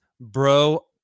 bro